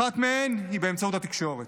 אחת מהן היא באמצעות התקשורת.